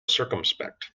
circumspect